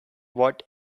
what